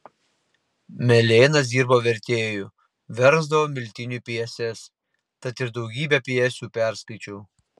melėnas dirbo vertėju versdavo miltiniui pjeses tad ir daugybę pjesių perskaičiau